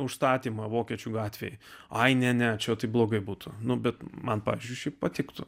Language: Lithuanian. užstatymą vokiečių gatvėje ai ne ne čia taip blogai būtų nu bet man pavyzdžiui patiktų